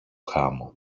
χάμω